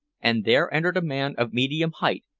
and there entered a man of medium height,